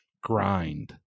grind